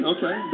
Okay